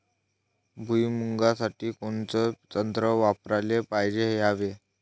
भुइमुगा साठी कोनचं तंत्र वापराले पायजे यावे?